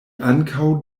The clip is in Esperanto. ankaŭ